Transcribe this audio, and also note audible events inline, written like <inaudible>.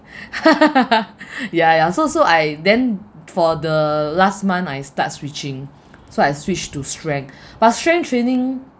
<laughs> ya ya so so I then for the last month I start switching so I switched to strength <breath> but strength training